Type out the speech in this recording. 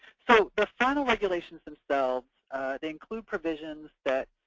so the final recommendations themselves they include provisions that